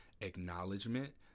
acknowledgement